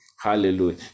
Hallelujah